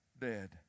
dead